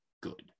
good